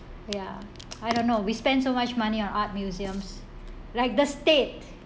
ya I don't know we spend so much money on art museums like the state